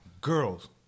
Girls